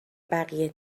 بقیه